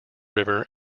river